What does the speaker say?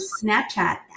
Snapchat